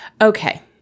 Okay